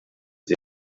sie